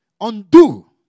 undo